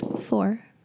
Four